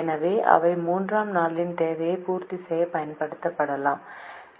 எனவே அவை 3 ஆம் நாளின் தேவையை பூர்த்தி செய்ய பயன்படுத்தப்படலாம்